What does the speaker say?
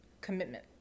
commitment